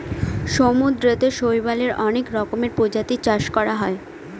সমুদ্রতে শৈবালের অনেক রকমের প্রজাতির চাষ করা হয়